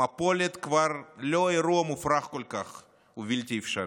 המפולת היא כבר לא אירוע מופרך כל כך ובלתי אפשרי.